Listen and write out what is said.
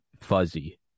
fuzzy